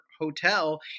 hotel